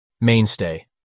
Mainstay